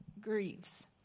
grieves